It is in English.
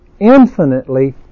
infinitely